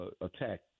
attack